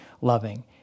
loving